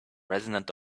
resonant